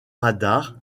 radar